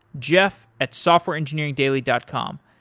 jeff at softwareengineeringdaily dot com.